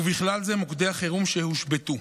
ובכלל זה מוקדי החירום שהושבתו.